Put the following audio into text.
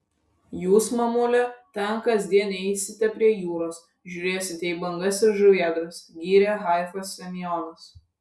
jūs mamule ten kasdien eisite prie jūros žiūrėsite į bangas ir žuvėdras gyrė haifą semionas